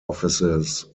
offices